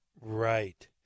Right